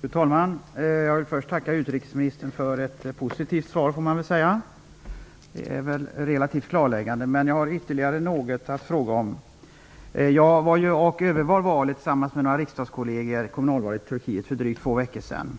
Fru talman! Jag vill först tacka utrikesministern för ett positivt svar. Det är relativt klarläggande. Men jag har ytterligare något att fråga om. Jag övervar kommunalvalet i Turkiet tillsammans med några riksdagskollegor för drygt två veckor sedan.